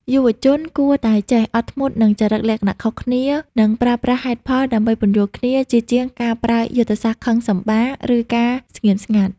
យុវជនគួរតែចេះ "អត់ធ្មត់នឹងចរិតលក្ខណៈខុសគ្នា" និងប្រើប្រាស់ហេតុផលដើម្បីពន្យល់គ្នា ជាជាងការប្រើយុទ្ធសាស្ត្រខឹងសម្បារ ឬការស្ងៀមស្ងាត់។